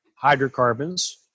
hydrocarbons